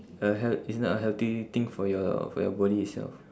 a heal~ it's not a healthy thing for your for your body itself